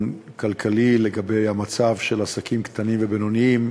כלכלי על המצב של עסקים קטנים ובינוניים,